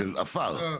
של עפר?